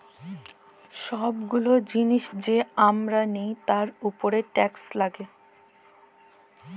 ছব গুলা জিলিস যে আমরা লিই তার উপরে টেকস লাগ্যে